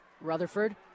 rutherford